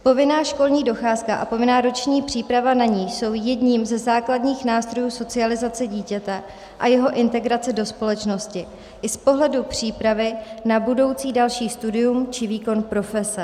Povinná školní docházka a povinná roční příprava na ni jsou jedním ze základních nástrojů socializace dítěte a jeho integrace do společnosti i z pohledu přípravy na budoucí další studium či výkon profese.